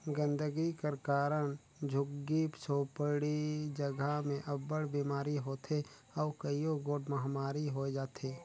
गंदगी कर कारन झुग्गी झोपड़ी जगहा में अब्बड़ बिमारी होथे अउ कइयो गोट महमारी होए जाथे